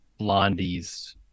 blondies